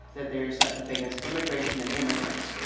that there is such a thing as immigration and immigrants.